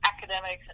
Academics